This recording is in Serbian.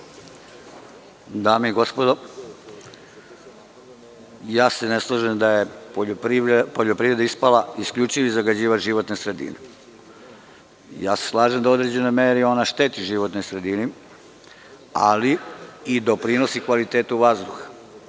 Dame i gospodo, ja se ne slažem da je poljoprivreda ispala isključivi zagađivač životne sredine. Slažem se da u određenoj meri ona šteti životnoj sredini, ali i doprinosi i kvalitetu vazduha.